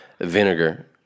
vinegar